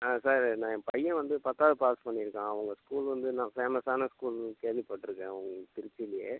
ஆ sir நான் என் பையன் வந்து பத்தாவது பாஸ் பண்ணியிருக்கான் உங்கள் ஸ்கூல் வந்து நான் ஃபேமஸான ஸ்கூலுன்னு கேள்விப்பட்டுருக்கேன் உங்கள் திருச்சிலேயே